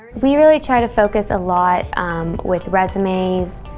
we really try to focus a lot with resumes,